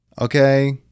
Okay